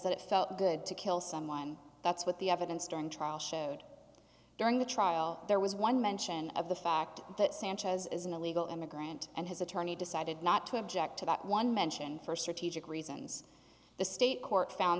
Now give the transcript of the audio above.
that it felt good to kill someone that's what the evidence during trial showed during the trial there was one mention of the fact that sanchez is an illegal immigrant and his attorney decided not to object to that one mention st reasons the state court found